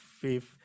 fifth